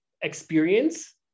Experience